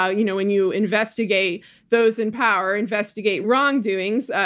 ah you know, when you investigate those in power, investigate wrongdoings, ah